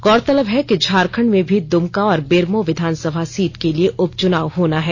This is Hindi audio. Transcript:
गौरतलब है कि झारखंड में भी दुमका और बेरमो विधानसभा सीट के लिए उपचुनाव होना है